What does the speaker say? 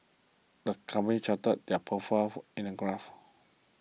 the company charted their profits in a graph